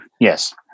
yes